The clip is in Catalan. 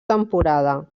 temporada